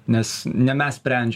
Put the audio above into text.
nes ne mes sprendž